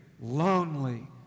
lonely